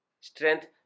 Strength